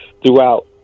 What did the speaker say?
throughout